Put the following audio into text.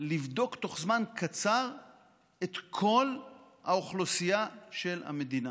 לבדוק בתוך זמן קצר את כל האוכלוסייה של המדינה.